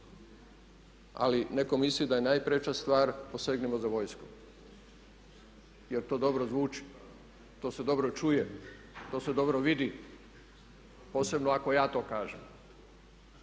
Ali netko misli da je najpreča stvar, posegnimo za vojskom jer to dobro zvuči, to se dobro čuje, to se dobro vidi posebno ako ja to kažem.